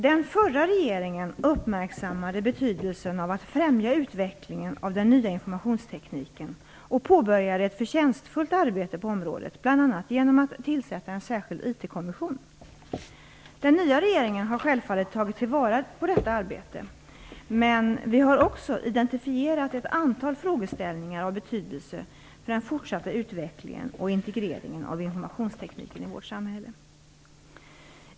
Den förra regeringen uppmärksammade betydelsen av att främja utvecklingen av den nya informationstekniken och påbörjade ett förtjänstfullt arbete på området, bl.a. genom att tillsätta en särskild IT Den nya regeringen har självfallet tagit vara på detta arbete, men vi har också identifierat ett antal frågeställningar av betydelse för den fortsatta utvecklingen och integreringen av informationstekniken i vårt samhälle.